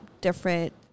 different